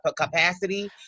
capacity